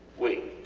we,